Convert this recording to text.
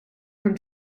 from